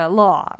law